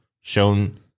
shown